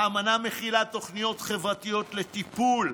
האמנה מכילה תוכניות חברתיות לטיפול.